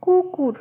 কুকুর